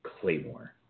Claymore